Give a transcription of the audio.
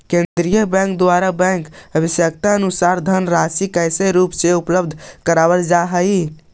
केंद्रीय बैंक के द्वारा बैंक के आवश्यकतानुसार धनराशि कैश के रूप में उपलब्ध करावल जा हई